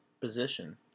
position